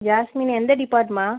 jasmine எந்த டிபார்ட்மா